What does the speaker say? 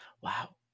Wow